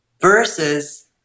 Versus